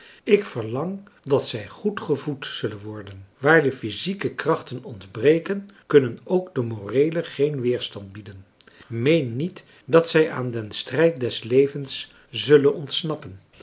ik verlang dat zij goed gevoed zullen worden waar de physieke krachten ontbreken kunnen ook de moreele geen weerstand bieden meen niet dat zij aan den strijd des levens zullen ontsnappen